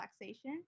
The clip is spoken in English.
relaxation